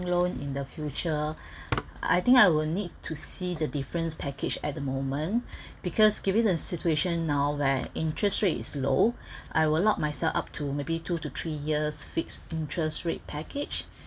loan in the future I think I will need to see the different package at the moment because given the situation now where interest rate is low I will lock myself up to maybe two to three years fixed interest rates package